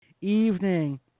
evening